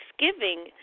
Thanksgiving